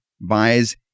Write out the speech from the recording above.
buys